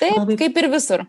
taip kaip ir visur